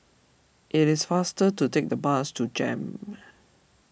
it is faster to take the bus to Jem